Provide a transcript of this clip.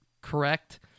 correct